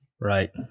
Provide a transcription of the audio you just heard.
Right